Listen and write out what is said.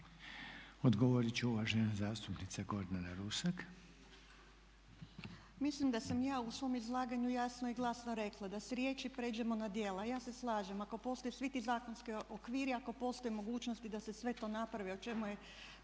Odgovorit će uvažena zastupnica Gordana Rusak. **Rusak, Gordana (Nezavisni)** Mislim da sam ja u svom izlaganju jasno i glasno rekla, da s riječi prijeđemo na djela. Ja se slažem ako postoje svi ti zakonski okviri, ako postoje mogućnosti da se sve to napravi o čemu je